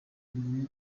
umuntu